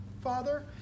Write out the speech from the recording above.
Father